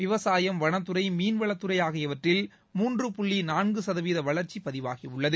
விவசாயம் வனத்துறை மீன் வளத்துறை ஆகியவற்றில் மூன்று புள்ளி நான்கு சதவிகித வளர்ச்சி பதிவாகியுள்ளது